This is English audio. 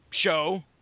show